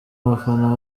bafana